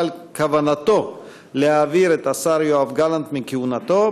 על כוונתו להעביר את השר יואב גלנט מכהונתו,